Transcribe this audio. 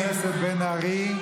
חברת הכנסת בן ארי,